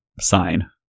sign